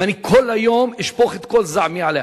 ואני כל היום אשפוך את כל זעמי עליה.